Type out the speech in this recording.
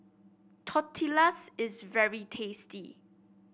tortillas is very tasty